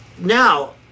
Now